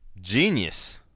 genius